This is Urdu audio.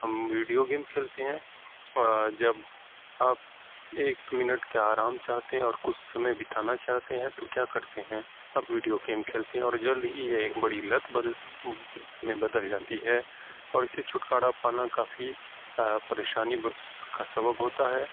ہم ویڈیو گیم کھیلتے ہیں اور جب آپ ایک منٹ کے آرام چاہتے ہیں اور کچھ سمے بتانا چاہتے ہیں تو کیا کرتے ہیں آپ ویڈیو گیم کھیلتے ہیں اور جلد ہی ایک بڑی لت میں بدل جاتی ہے اور اس سے چھٹکارا پانا کافی پریشانی کا سبب ہوتا ہے